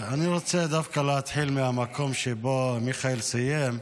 אני רוצה דווקא להתחיל מהמקום שבו מיכאל סיים.